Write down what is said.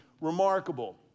remarkable